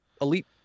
elite